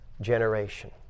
generation